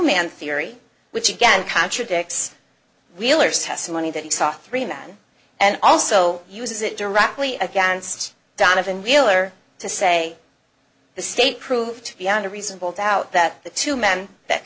man theory which again contradicts wheeler's testimony that he saw three men and also uses it directly against donovan real or to say the state proved beyond a reasonable doubt that the two men that